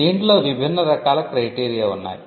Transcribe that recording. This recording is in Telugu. దీంట్లో విభిన్న రకాల క్రైటీరియా ఉన్నాయి